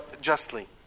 justly